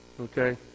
Okay